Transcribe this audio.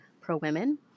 pro-women